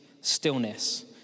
stillness